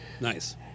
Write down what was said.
Nice